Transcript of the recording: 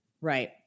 Right